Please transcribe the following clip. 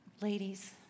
Ladies